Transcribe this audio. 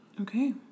Okay